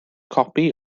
copi